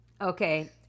Okay